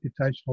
computational